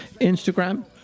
Instagram